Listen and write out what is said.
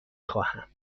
خواهم